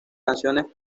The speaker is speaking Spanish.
canciones